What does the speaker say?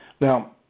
Now